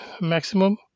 maximum